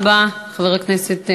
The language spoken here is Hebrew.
תודה רבה, חבר הכנסת שי.